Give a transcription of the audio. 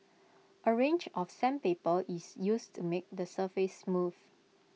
A range of sandpaper is used to make the surface smooth